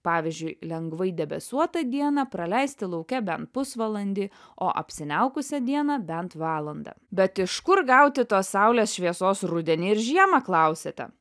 pavyzdžiui lengvai debesuotą dieną praleisti lauke bent pusvalandį o apsiniaukusią dieną bent valandą bet iš kur gauti tos saulės šviesos rudenį ir žiemą klausiate